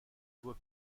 voie